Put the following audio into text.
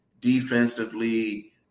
defensively